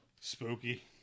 spooky